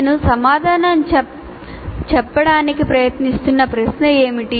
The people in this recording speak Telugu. నేను సమాధానం చెప్పడానికి ప్రయత్నిస్తున్న ప్రశ్న ఏమిటి